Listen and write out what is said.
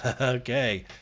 Okay